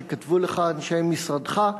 שכתבו לך אנשי משרדך,